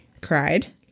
cried